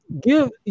give